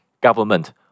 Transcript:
government